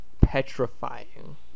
petrifying